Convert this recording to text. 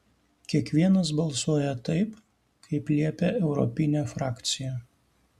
kiekvienas balsuoja taip kaip liepia europinė frakcija